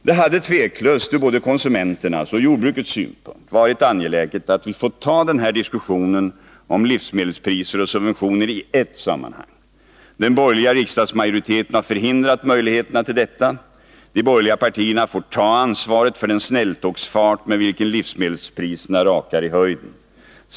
Det hade utan tvivel, från både konsumenternas och jordbrukets synpunkt, varit angeläget att vi fått ta den här diskussionen om livsmedelspriser och subventioner i ett sammmanhang. Den borgerliga riksdagsmajoriteten har förhindrat möjligheterna till detta. De borgerliga partierna får ta ansvaret för den snälltågsfart med vilken livsmedelspriserna rakar i höjden.